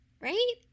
right